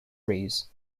rays